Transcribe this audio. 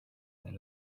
that